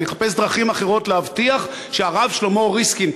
אני אחפש דרכים אחרות להבטיח שהרב שלמה ריסקין,